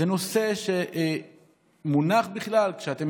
זה נושא שמונח בכלל כשאתם